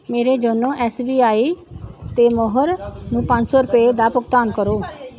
ਮੇਰੇ YONO S B I ਤੋਂ ਮੋਹਰ ਨੂੰ ਪੰਜ ਸੌ ਰੁਪਏ ਦਾ ਭੁਗਤਾਨ ਕਰੋ